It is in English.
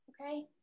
Okay